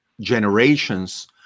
generations